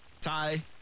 Ty